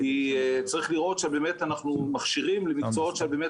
כי צריך לראות שבאמת אנחנו מכשירים למקצועות שבאמת